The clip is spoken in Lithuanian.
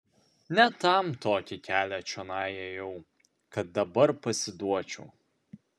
ne tam tokį kelią čionai ėjau kad dabar pasiduočiau